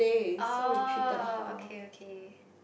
oh okay okay